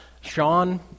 Sean